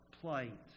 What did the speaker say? plight